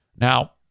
Now